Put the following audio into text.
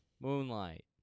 Moonlight